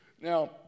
Now